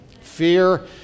Fear